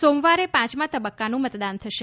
સોમવારે પાંચમા તબક્કાનું મતદાન થશે